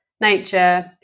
nature